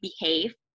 behave